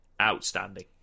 outstanding